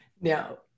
Now